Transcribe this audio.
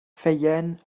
ffeuen